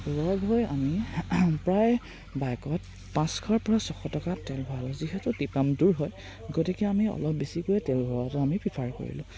লগ হৈ আমি প্ৰায় বাইকত পাঁচশৰ পৰা ছশ টকা তেল ভৰালোঁ যিহেতু টিপাম দূৰ হয় গতিকে আমি অলপ বেছিকৈ তেল ভৰোৱাটো আমি প্ৰিফাৰ কৰিলোঁ